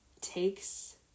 takes